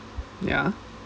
ya